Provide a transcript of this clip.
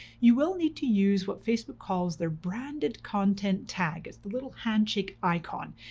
you will need to use what facebook calls their branded content tag. it's the little handshake icon.